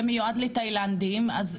הן מיועדות לתאילנדים בחקלאות,